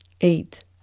eight